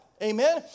Amen